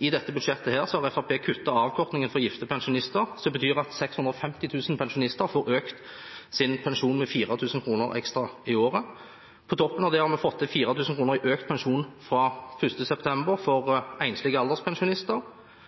i dette budsjettet har Fremskrittspartiet kuttet avkortingen for gifte pensjonister, som betyr at 650 000 pensjonister får økt sin pensjon med 4 000 kr ekstra i året. På toppen av det har vi fått til 4 000 kr i økt pensjon fra 1. september for enslige alderspensjonister,